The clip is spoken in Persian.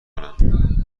کنم